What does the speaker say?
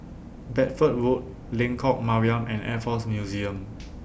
Bedford Road Lengkok Mariam and Air Force Museum